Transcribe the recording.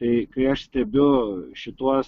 tai kai aš stebiu šituos